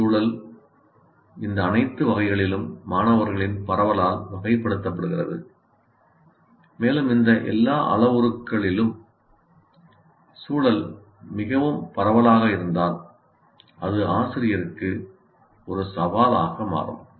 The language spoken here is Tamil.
ஒரு சூழல் இந்த அனைத்து வகைகளிலும் மாணவர்களின் பரவலால் வகைப்படுத்தப்படுகிறது மேலும் இந்த எல்லா அளவுருக்களிலும் சூழல் மிகவும் பரவலாக இருந்தால் அது ஆசிரியருக்கு ஒரு சவாலாக மாறும்